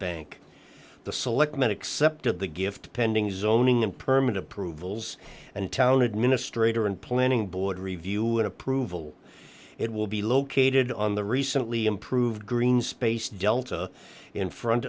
bank the selectmen except of the gift pending zoning and permit approvals and town administrator and planning board review and approval it will be located on the recently improved green space delta in front